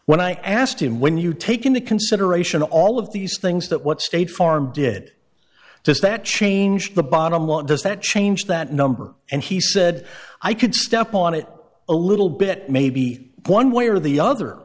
when i asked him when you take into consideration all of these things that what state farm did just that change the bottom what does that change that number and he said i could step on it a little bit maybe one way or the other